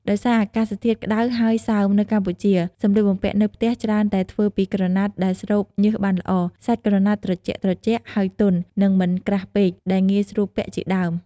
ដោយសារអាកាសធាតុក្ដៅហើយសើមនៅកម្ពុជា សម្លៀកបំពាក់នៅផ្ទះច្រើនតែធ្វើពីក្រណាត់ដែលស្រូបញើសបានល្អ សាច់ក្រណាត់ត្រជាក់ៗហើយទន់ និងមិនក្រាស់ពេក ដែលងាយស្រួលពាក់ ជាដើម។